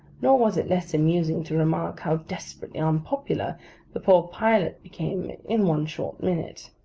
nor was it less amusing to remark how desperately unpopular the poor pilot became in one short minute.